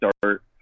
start